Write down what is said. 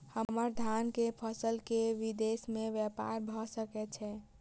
हम्मर धान केँ फसल केँ विदेश मे ब्यपार भऽ सकै छै?